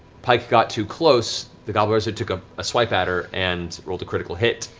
pike got too close, the glabrezu took ah a swipe at her, and rolled a critical hit,